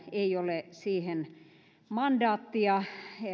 ei ole siihen mandaattia